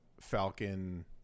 Falcon